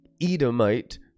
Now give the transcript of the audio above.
Edomite